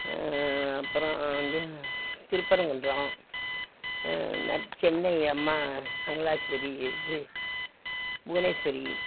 அப்புறோம் வந்து திருப்பரங்குன்றம் நட் சென்னை அம்மா அங்காள ஈஷ்வரி இது புவனேஷ்வரி